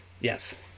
Yes